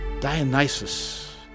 Dionysus